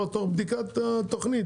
תוך בדיקת התוכנית,